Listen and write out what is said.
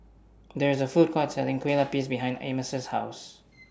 There IS A Food Court Selling Kue Lupis behind Amos' House